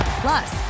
plus